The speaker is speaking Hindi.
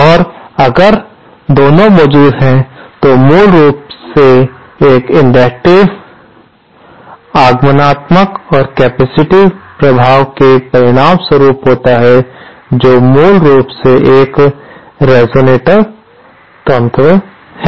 और अगर दोनों मौजूद हैं तो यह मूल रूप से एक इंडक्टिव इंडक्टिव आगमनात्मक और कैपेसिटिव प्रभाव के परिणामस्वरूप होता है जो मूल रूप से एक रेसोनेटर यंत्र है